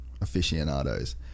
aficionados